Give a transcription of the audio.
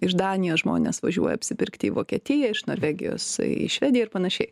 iš danijos žmonės važiuoja apsipirkti į vokietiją iš norvegijos į švediją ir panašiai